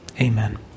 amen